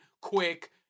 quick